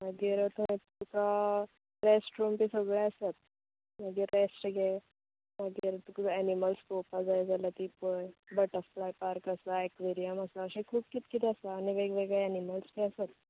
मागीर थंय तुका रॅस्ट रूम बी सगळे आसात मागीर रॅस्ट घे मागीर तुका एनिमल्स पोवपा जाय जाल्यार ती पळय बटरफ्लाय पार्क आसा एक्वॅरियम आसा अशें खूब कितें कितें आसा आनी वेग वेगळे एनिमल्स बी आसात